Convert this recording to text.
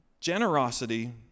generosity